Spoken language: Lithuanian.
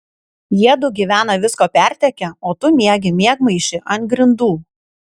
jiedu gyvena visko pertekę o tu miegi miegmaišy ant grindų